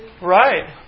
Right